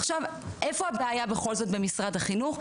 עכשיו, איפה בכל זאת קיימת הבעיה במשרד החינוך?